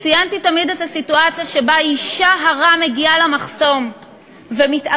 ציינתי תמיד את הסיטואציה שבה אישה הרה מגיעה למחסום ומתעכבת,